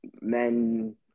men